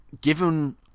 given